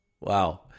Wow